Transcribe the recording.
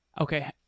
Okay